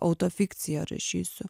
autofikciją rašysiu